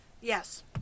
Yes